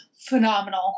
phenomenal